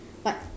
but